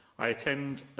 i intend,